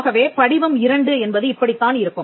ஆகவே படிவம் 2 என்பது இப்படித்தான் இருக்கும்